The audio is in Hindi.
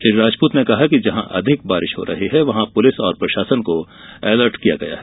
श्री राजपूत ने कहा कि जहां अधिक बारिश हो रही है वहां पुलिस और प्रशासन को अलर्ट किया गया है